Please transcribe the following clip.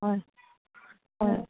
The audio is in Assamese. হয় হয়